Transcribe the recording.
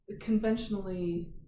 conventionally